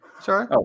Sorry